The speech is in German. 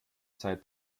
zeit